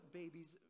babies